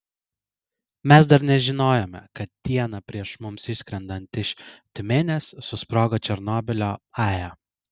mes dar nežinojome kad dieną prieš mums išskrendant iš tiumenės susprogo černobylio ae